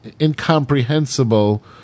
incomprehensible